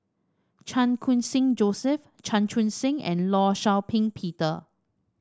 Chan Khun Sing Joseph Chan Chun Sing and Law Shau Ping Peter